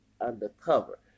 undercover